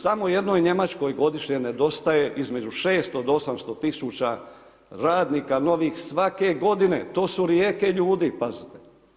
Samo u jednoj Njemačkoj godišnje nedostaje između 600-800 tisuća radnika, novih svake g. To su rijeke ljudi, pazite.